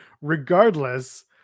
regardless